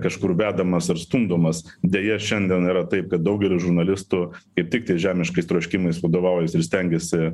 kažkur vedamas ar stumdomas deja šiandien yra taip kad daugelis žurnalistų įtikti žemiškais troškimais vadovaujas ir stengiasi